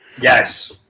Yes